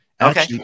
Okay